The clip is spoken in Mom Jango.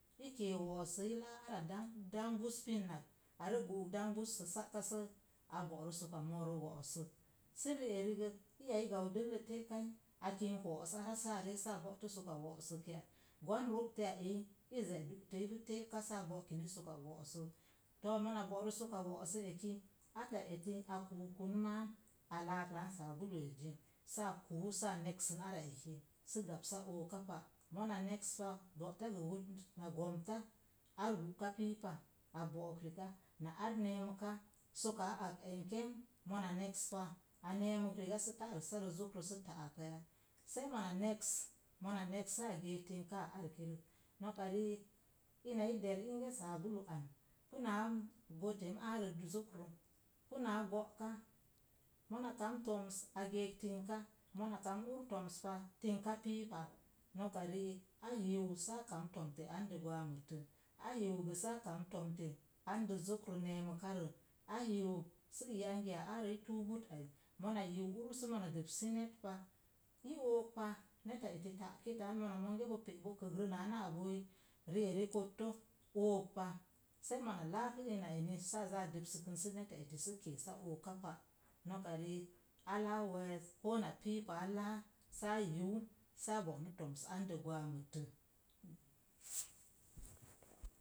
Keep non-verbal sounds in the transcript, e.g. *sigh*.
I kee wo'oso i laa ara dangn bús pinnak arə buuk dang bússo sa'ka. a go'ro soka mooro wo'osok. Sə rieri gə iya i gau dəllə te'kai a kink wo'os ara sə aree sə are bo'to soka wo'osok ya? Gwan ro'tteya eyi i ze’ du'te ipu te'ka sə a bo ‘kini soka wo'ossok to̱ mona bo'ro soka wo'osə eki átá eti a kuuk kan máám a láaklán sabuluzzi sə a kuu sə a neksən ara eki, sə gapsa okapa mona neks pa bo'ta gə wut na go̱mta ár gúka piipa a bo'ok riga na ar ne̱e̱məka so̱kaa ak e̱ngkeng. Mona neks pa peemək riga sə ta'rəsarə sə ta'aa paya?, sei mona neks mona neks mona neks arki mona neks tingkáá arkirək, ina i der inge sabulu an puna bote áarə zokro. Punaa go'ka mona kamn to̱ms a geek tingka. mona kamn úr to̱mspa tingka piipa, noka riik a yiu se a kam to̱mte ande gwaamətte. a yəu gə sə a kam to̱mte ande zokro neemukarə a yəu sə yangiya arə i tuub bat ai mona yəu lir sə mona dəps net pa i ook pa neta eti ta'ki tan. Monge bo pe’ bə kəgrə naa na'a bo̱o̱i rieri kotto ookpa. Sei mona laapu ina eni sə aza a depsukən sə neta eti sə keesa o̱kapa. Noka rilk á laa we̱e̱s ko na piipa á láá sə a yəu sa bo'nu toms ande gwamitte. *noise*